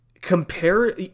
compare